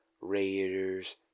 Raiders